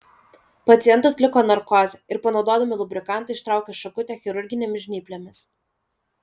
pacientui atliko narkozę ir panaudodami lubrikantą ištraukė šakutę chirurginėmis žnyplėmis